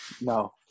No